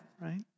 Right